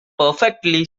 perfectly